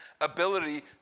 ability